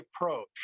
approach